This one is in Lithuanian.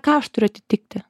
ką aš turiu atitikti